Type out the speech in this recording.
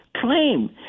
claim